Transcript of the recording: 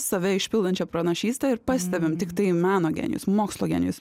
save išpildančia pranašyste ir pastebim tiktai meno genijus mokslo genijus